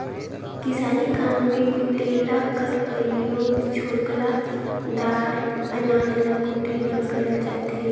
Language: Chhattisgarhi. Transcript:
किसानी काम मे कुटेला कर परियोग छोकला दार अनाज ल कुटे बर करल जाथे